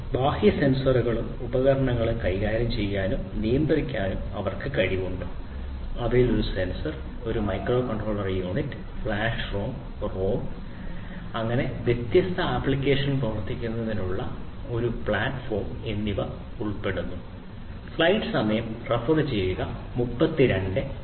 ബാഹ്യ സെൻസറുകളും ഉപകരണങ്ങളും കൈകാര്യം ചെയ്യാനും നിയന്ത്രിക്കാനും അവർക്ക് കഴിവുണ്ട് അവയിൽ ഒരു സെൻസർ ഒരു microcontroller unit flash RAM ROM വ്യത്യസ്ത സെൻസർ ആപ്ലിക്കേഷനുകൾ പ്രവർത്തിപ്പിക്കുന്നതിനുള്ള ഒരു പ്ലാറ്റ്ഫോം എന്നിവ ഉൾപ്പെടുന്നു